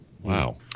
Wow